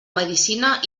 medicina